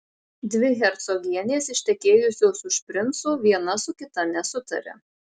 dvi hercogienės ištekėjusios už princų viena su kita nesutaria